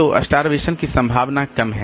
तो स्टार्वेशन की संभावना कम है